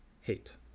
hate